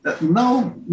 No